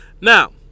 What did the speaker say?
Now